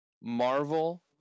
Marvel